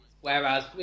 Whereas